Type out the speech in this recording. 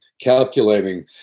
calculating